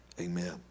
Amen